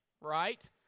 right